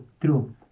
True